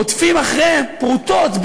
רודפים אחרי פרוטות,